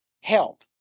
help